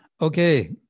Okay